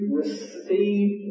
receive